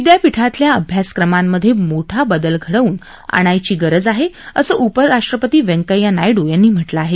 विद्यापीठातल्या अभ्यासक्रमांमधे मोठा बदल घडवून आणायची गरज आहे असं उपराष्ट्रपती व्यंकय्या नायडू यांनी म्हटलं आहे